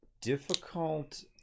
difficult